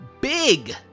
Big